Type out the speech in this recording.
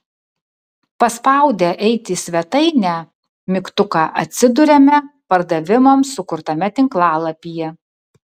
paspaudę eiti į svetainę mygtuką atsiduriame pardavimams sukurtame tinklalapyje